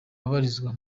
babarizwa